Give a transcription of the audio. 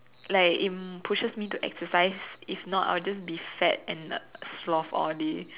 like it pushes me to exercise if not I'll just be fat and a sloth all day